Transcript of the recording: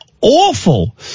Awful